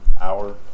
Hour